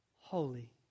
Holy